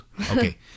Okay